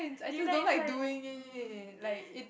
you like science